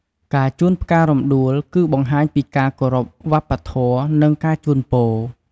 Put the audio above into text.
ការជូនផ្ការំដួល គឺបង្ហាញពីការគោរពវប្បធម៌ និងការជូនពរ។